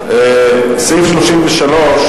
סעיף 33,